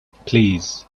please